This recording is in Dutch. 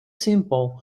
simpel